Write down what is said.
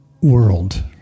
world